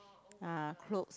uh clothes